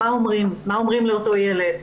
מה אומרים לאותו ילד,